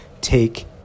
Take